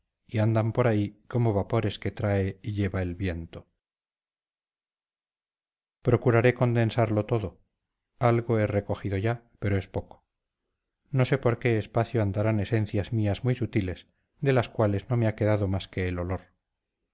y andan por ahí como vapores que trae y lleva el viento procuraré condensarlo todo algo he recogido ya pero es poco no sé por qué espacio andarán esencias mías muy sutiles de las cuales no me ha quedado más que el olor